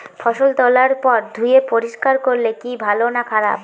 ফসল তোলার পর ধুয়ে পরিষ্কার করলে কি ভালো না খারাপ?